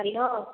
hello